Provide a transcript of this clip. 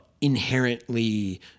inherently